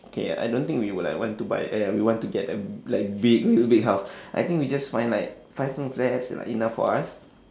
okay I don't think we would like want to buy uh we want to get a like big big house I think we just find like five room flats like enough for us